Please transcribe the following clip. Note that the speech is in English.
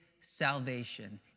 salvation